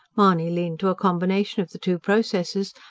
mahony leaned to a combination of the two processes,